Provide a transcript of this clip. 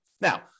Now